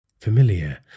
Familiar